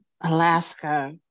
Alaska